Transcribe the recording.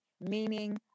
meaning